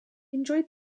enjoyed